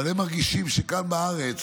אבל הם מרגישים שכאן בארץ